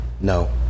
No